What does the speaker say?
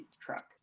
truck